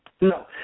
no